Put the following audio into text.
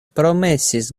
promesis